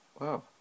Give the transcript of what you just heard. Wow